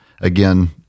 again